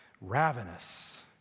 ravenous